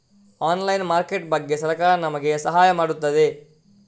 Online market ಬಗ್ಗೆ ಸರಕಾರ ನಮಗೆ ಸಹಾಯ ಮಾಡುತ್ತದೆ?